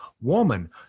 woman